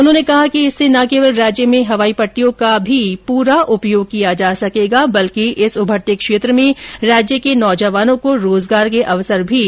उन्होंने कहा कि इससे न केवल राज्य में हवाई पट्टियों का भी पूर्ण उपयोग किया जा सकेगा बल्कि इस उभरते क्षेत्र में राज्य के नौजवानों को रोजगार के अवसर भी मिल सकेंगे